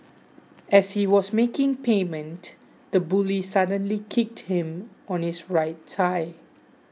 as he was making payment the bully suddenly kicked him on his right thigh